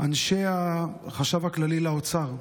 אנשי החשב הכללי באוצר.